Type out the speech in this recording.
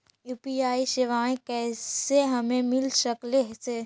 UPI सेवाएं कैसे हमें मिल सकले से?